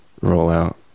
rollout